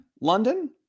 London